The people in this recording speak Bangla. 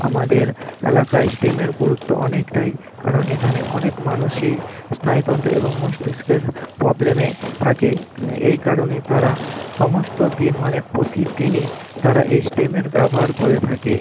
আমাদের এলাকায় স্টেমের গুরুত্ব অনেকটাই কারণ এখানে অনেক মানুষই স্নায়ুতন্তের এবং মস্তিষ্কের প্রবলেমে থাকে এই কারণে তারা সমস্ত দিন মানে প্রতি দিনই তারা এই স্টেমের ব্যবহার করে থাকে